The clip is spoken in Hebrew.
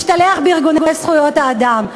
משתלח בארגוני זכויות האדם.